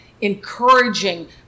encouraging